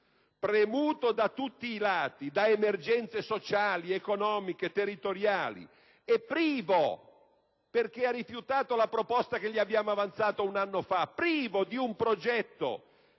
Premuto da tutti i lati, da emergenze sociali, economiche, territoriali e privo - perché ha rifiutato la proposta che gli abbiamo avanzato un anno fa - di un progetto